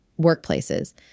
Workplaces